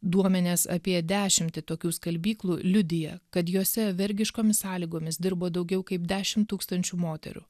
duomenys apie dešimtį tokių skalbyklų liudija kad jose vergiškom sąlygomis dirbo daugiau kaip dešimt tūkstančių moterų